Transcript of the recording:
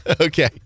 Okay